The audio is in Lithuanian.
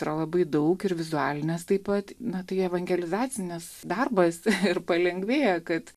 yra labai daug ir vizualinės taip pat na tai evangelizacinis darbas ir palengvėja kad